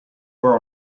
were